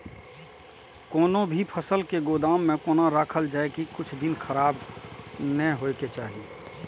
कोनो भी फसल के गोदाम में कोना राखल जाय की कुछ दिन खराब ने होय के चाही?